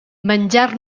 menjar